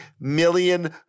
million